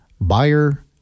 buyer